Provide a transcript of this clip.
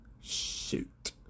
Shoot